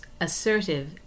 Assertive